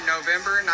November